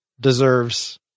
deserves